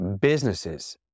businesses